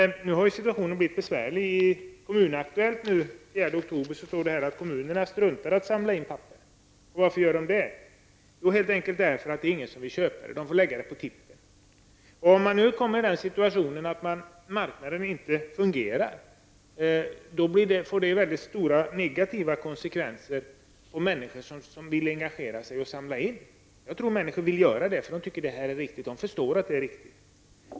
Nu har situationen dock blivit besvärlig. I Kommunaktuellt den 4 oktober står det att kommunerna struntar i att samla in papper. Varför gör de det? Jo, helt enkelt därför att ingen vill köpa det, utan de får lägga det på tippen! Om man nu kommer i den situationen att marknaden inte fungerar, får det stora negativa konsekvenser för människor som vill engagera sig och samla in. Jag tror att människor vill göra det, för de tycker och förstår att det är viktigt.